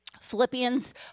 Philippians